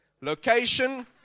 Location